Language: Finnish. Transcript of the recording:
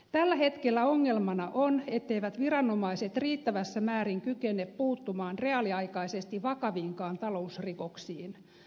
tällä hetkellä ongelmana on etteivät viranomaiset riittävässä määrin kykene puuttumaan reaaliaikaisesti vakaviinkaan talousrikoksiin